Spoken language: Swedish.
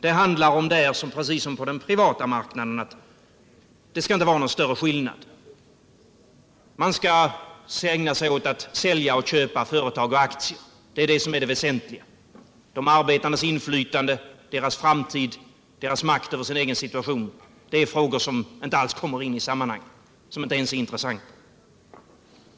Det handlar där precis som på den privata marknaden — det skall inte vara någon större skillnad — om att man skall ägna sig åt att sälja och köpa företag och aktier. Det är det väsentliga. De arbetandes inflytande, deras framtid, deras makt över sin egen situation — det är frågor som inte alls kommer in i sammanhanget, som inte ens är intressanta.